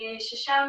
ששם